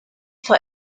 for